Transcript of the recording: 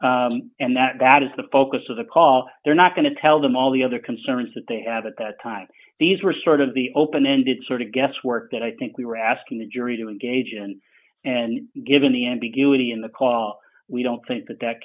pinched and that that is the focus of the call they're not going to tell them all the other concerns that they had at the time these were sort of the open ended sort of guesswork that i think we were asking the jury to engage in and given the ambiguity in the car we don't think that that